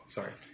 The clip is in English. Sorry